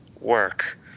Work